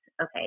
Okay